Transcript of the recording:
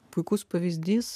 puikus pavyzdys